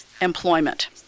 employment